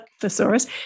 thesaurus